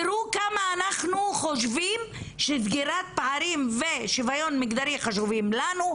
תיראו כמה אנחנו חושבים שסגירת פערים ושוויון מגדרי חשובים לנו,